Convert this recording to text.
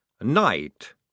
Night